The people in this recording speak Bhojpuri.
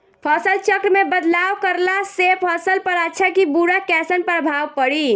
फसल चक्र मे बदलाव करला से फसल पर अच्छा की बुरा कैसन प्रभाव पड़ी?